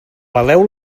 peleu